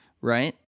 right